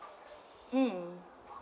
um